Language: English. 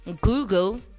Google